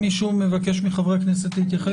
מישהו מחברי הכנסת מבקש להתייחס?